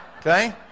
Okay